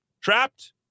trapped